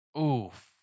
Oof